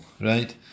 right